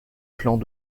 camp